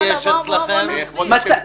--- יש אצלכם --- בואו נסביר.